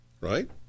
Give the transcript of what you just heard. right